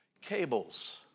Cables